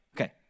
Okay